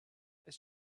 it’s